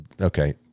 okay